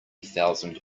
thousand